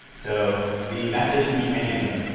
so the message can be anything,